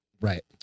Right